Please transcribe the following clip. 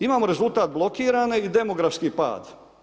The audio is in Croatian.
Imamo rezultat blokiranih, demografski pad.